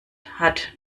hat